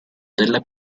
della